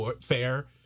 fair